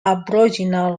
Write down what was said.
aboriginal